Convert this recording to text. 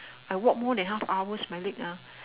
I walk more than half hours my leg ah